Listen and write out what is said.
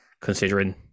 considering